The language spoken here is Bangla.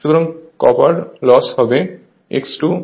সুতরাং কপার লস হবে X2 I22fl Re2